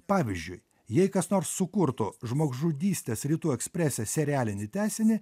pavyzdžiui jei kas nors sukurtų žmogžudystės rytų eksprese serialinį tęsinį